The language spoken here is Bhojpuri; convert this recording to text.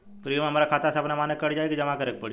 प्रीमियम हमरा खाता से अपने माने कट जाई की जमा करे के पड़ी?